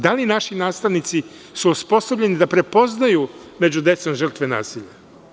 Da li naši nastavnici su osposobljeni da prepoznaju među decom žrtve nasilja?